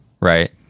Right